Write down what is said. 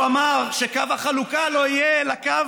הוא אמר שקו החלוקה לא יהיה אלא קו